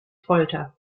folter